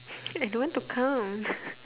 I don't want to count